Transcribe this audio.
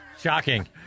Shocking